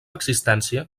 existència